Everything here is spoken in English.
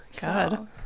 god